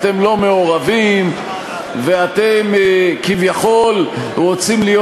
אתם לא מעורבים ואתם כביכול רוצים להיות